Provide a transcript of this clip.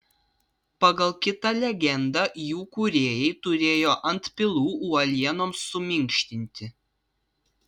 pagal kitą legendą jų kūrėjai turėjo antpilų uolienoms suminkštinti